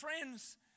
friends